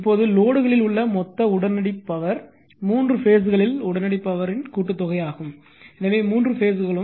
இப்போது லோடுகளில் உள்ள மொத்த உடனடி பவர் மூன்று பேஸ்களில் உடனடி பவர் இன் கூட்டுத்தொகை ஆகும் எனவே மூன்று பேஸ்களும்